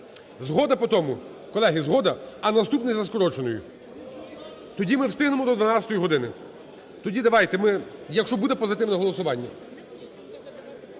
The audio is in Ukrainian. Згода по тому, колеги, згода? А наступний за скороченою? Тоді ми встигнемо до 12 години. Тоді давайте ми… якщо буде позитивне голосування.